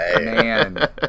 Man